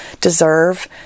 deserve